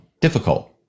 difficult